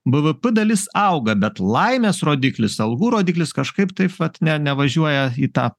bvp dalis auga bet laimės rodiklis algų rodiklis kažkaip taip vat ne nevažiuoja į tą